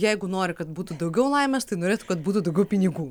jeigu nori kad būtų daugiau laimės tai norėtų kad būtų daugiau pinigų